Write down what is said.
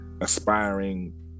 aspiring